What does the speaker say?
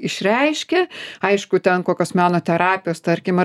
išreiškia aišku ten kokios meno terapijos tarkim ar